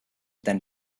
than